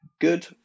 good